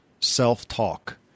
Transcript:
self-talk